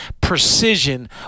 precision